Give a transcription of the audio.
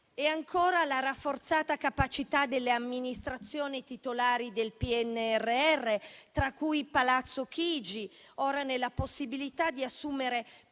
E ancora la rafforzata capacità delle amministrazioni titolari del PNRR, tra cui Palazzo Chigi, ora nella possibilità di assumere